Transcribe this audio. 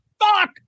fuck